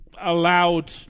allowed